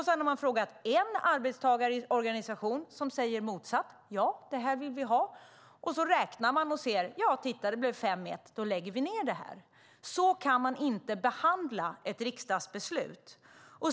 Sedan har man frågat en arbetstagarorganisation som säger det motsatta - att detta vill de ha. Sedan räknar man och säger: Titta, det blev 5-1. Då lägger vi ned det här! Så kan man inte behandla ett riksdagsbeslut.